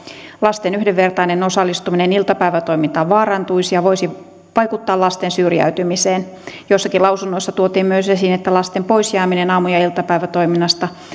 lasten yhdenvertainen osallistuminen iltapäivätoimintaan vaarantuisi ja voisi vaikuttaa lasten syrjäytymiseen jossakin lausunnossa tuotiin myös esiin että lasten poisjääminen aamu ja iltapäivätoiminnasta